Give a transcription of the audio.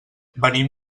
venim